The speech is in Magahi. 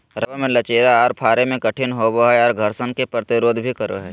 रबर मे लचीला आर फाड़े मे कठिन होवो हय आर घर्षण के प्रतिरोध भी करो हय